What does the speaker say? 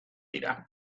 dira